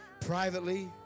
privately